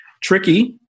tricky